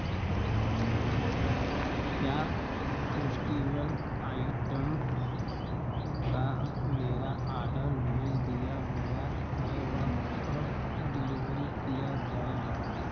क्या festival items का मेरा आर्डर भेज दिया गया है वह कब डिलेवरी किया जाएगा